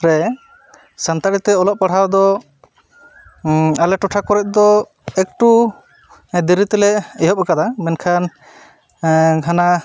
ᱨᱮ ᱥᱟᱱᱛᱟᱲᱤᱛᱮ ᱚᱞᱚᱜ ᱯᱟᱲᱦᱟᱣᱫᱚ ᱟᱞᱮ ᱴᱚᱴᱷᱟ ᱠᱚᱨᱮᱡ ᱫᱚ ᱮᱠᱴᱩ ᱫᱮᱥᱨᱤᱛᱮ ᱞᱮ ᱮᱦᱚᱵ ᱟᱠᱟᱫᱟ ᱢᱮᱱᱠᱷᱟᱱ ᱦᱟᱱᱟ